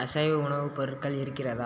அசைவ உணவு பொருட்கள் இருக்கிறதா